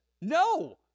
No